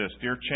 Dear